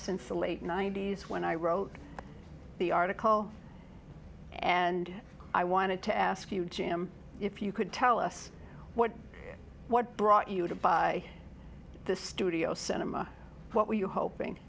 since the late ninety's when i wrote the article and i wanted to ask you jim if you could tell us what what brought you to by the studio cinema what were you hoping